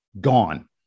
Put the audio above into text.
gone